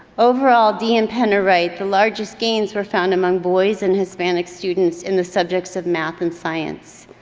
overall, dee and penner write the largest gains were found among boys and hispanic students in the subjects of math and science.